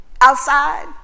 Outside